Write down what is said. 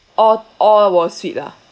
all all was sweet ah